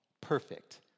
Perfect